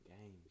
games